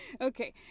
Okay